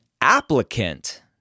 applicant